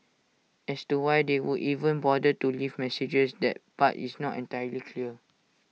as to why they would even bother to leave messages that part is not entirely clear